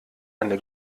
eine